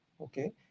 okay